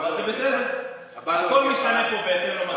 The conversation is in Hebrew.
אבל זה בסדר, הכול משתנה פה בהתאם למצב.